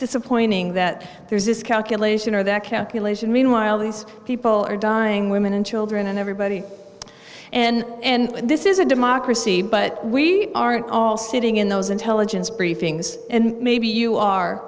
disappointing that there's this calculation or that calculation meanwhile these people are dying women and children and everybody and this is a democracy but we aren't all sitting in those intelligence briefings and maybe you are